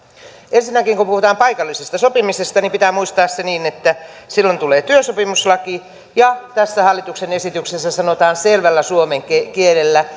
ensinnäkin kun puhutaan paikallisesta sopimisesta niin pitää muistaa se että silloin tulee työsopimuslaki ja tässä hallituksen esityksessä sanotaan selvällä suomen kielellä